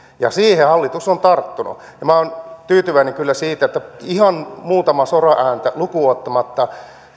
ja siihen hallitus on tarttunut minä olen tyytyväinen kyllä siitä että ihan muutamaa soraääntä lukuun ottamatta